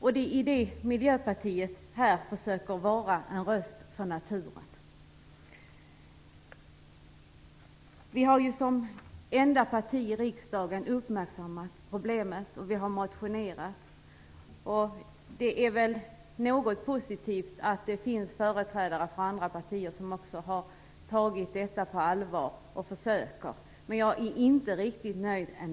I det avseendet försöker vi i Miljöpartiet vara en röst för naturen. Miljöpartiet är det enda partiet i riksdagen som har uppmärksammat problemet. Vi har motionerat om det. Någonting som är positivt är väl att det finns företrädare för andra partier som också har tagit detta på allvar och som försöker göra något. Jag är ändå inte riktigt nöjd.